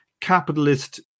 capitalist